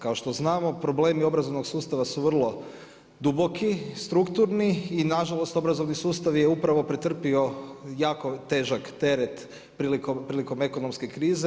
Kao što znamo, problemi obrazovnog sustava su vrlo duboki, strukturni i nažalost obrazovni sustav je upravo pretrpio jako težak teret prilikom ekonomske krize.